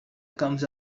comes